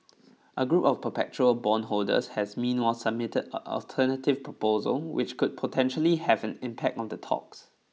a group of perpetual bondholders has meanwhile submitted of alternative proposal which could potentially have an impact on the talks